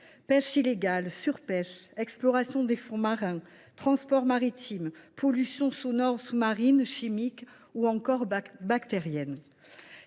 pêche illégale, surpêche, exploration des fonds marins, transport maritime, pollution sonore sous marine, chimique ou encore bactérienne.